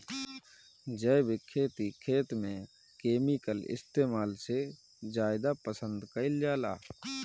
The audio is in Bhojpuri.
जैविक खेती खेत में केमिकल इस्तेमाल से ज्यादा पसंद कईल जाला